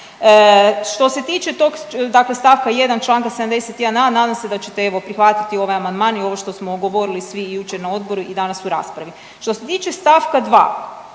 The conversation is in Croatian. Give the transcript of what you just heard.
tog, dakle st. 1. čl. 71.a. nadam se da ćete evo prihvatiti ovaj amandman i ovo što smo govorili svi i jučer na odboru i danas u raspravi. Što se tiče st. 2.